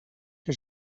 que